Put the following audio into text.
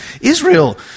Israel